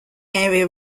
area